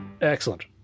Excellent